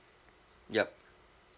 yup